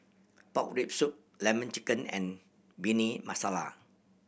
pork rib soup Lemon Chicken and Bhindi Masala